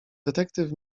detektyw